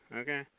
Okay